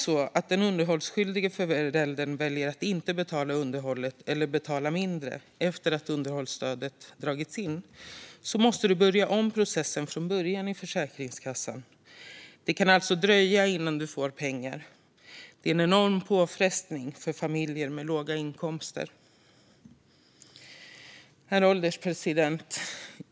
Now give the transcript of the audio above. Om den underhållsskyldige föräldern efter att underhållstödet har dragits in väljer att inte betala underhållet eller att betala mindre måste processen i Försäkringskassan börja om från början. Det kan alltså dröja innan man får pengar. Det är en enorm påfrestning för familjer med låga inkomster. Herr ålderspresident!